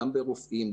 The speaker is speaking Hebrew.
גם ברופאים,